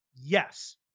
Yes